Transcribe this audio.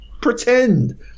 pretend